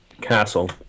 castle